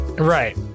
Right